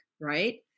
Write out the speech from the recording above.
right